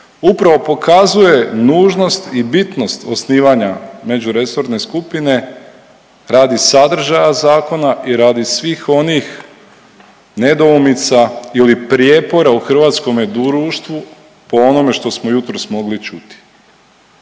upravo pokazuje nužnost i bitnost osnivanja međuresorne skupine radi sadržaja zakona i radi svih onih nedoumica ili prijepora u hrvatskome društvu po onome što smo jutros mogli čuti.